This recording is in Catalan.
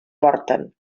porten